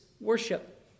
worship